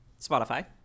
Spotify